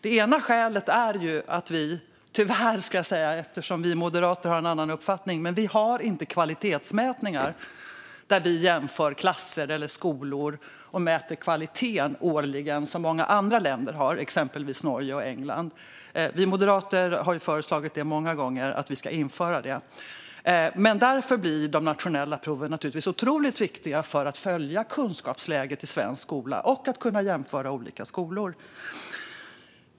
Ett första skäl är att vi tyvärr inte har årliga kvalitetsmätningar där vi jämför klasser eller skolor, som många andra länder har. Det har man exempelvis i Norge och England. Vi moderater har många gånger föreslagit att vi ska införa det. Men när vi inte har dessa mätningar blir de nationella proven naturligtvis otroligt viktiga för att man ska kunna följa kunskapsläget i svensk skola och jämföra olika skolor.